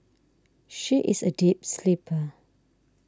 she is a deep sleeper